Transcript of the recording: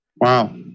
Wow